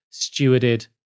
stewarded